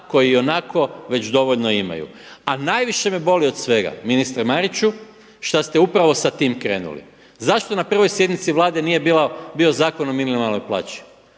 koji ionako već dovoljno imaju. A najviše me boli od svega ministre Mariću šta ste upravo sa tim krenuli. Zašto na prvoj sjednici Vlade nije bio Zakon o minimalnoj plaći?